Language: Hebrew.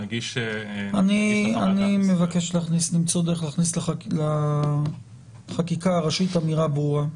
-- אני מבקש למצוא דרך להכניס לחקיקה הראשית אמירה ברורה.